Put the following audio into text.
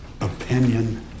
opinion